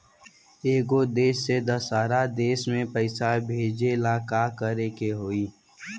एगो देश से दशहरा देश मे पैसा भेजे ला का करेके होई?